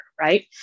right